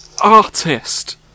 Artist